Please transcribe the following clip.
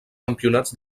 campionats